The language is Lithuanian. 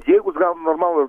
jeigu normalų